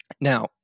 Now